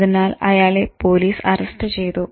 അതിനാൽ അയാളെ police arrest ചെയ്തു